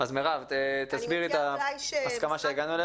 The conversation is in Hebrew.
מרב תסבירי את ההסכמה שהגענו אליה.